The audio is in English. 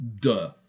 Duh